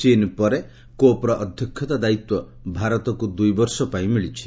ଚୀନ୍ ପରେ କପ୍ର ଅଧ୍ୟକ୍ଷତା ଦାୟିତ୍ୱ ଭାରତକୁ ଦୁଇବର୍ଷ ପାଇଁ ମିଳିଛି